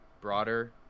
broader